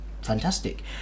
fantastic